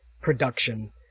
production